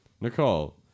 Nicole